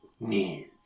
Need